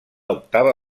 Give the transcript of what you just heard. octava